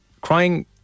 crying